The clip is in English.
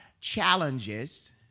challenges